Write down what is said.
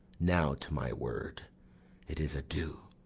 now to my word it is adieu,